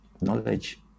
Knowledge